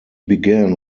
began